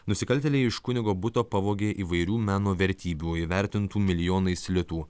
nusikaltėliai iš kunigo buto pavogė įvairių meno vertybių įvertintų milijonais litų